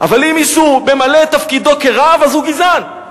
אבל אם מישהו ממלא את תפקידו כרב אז הוא גזען,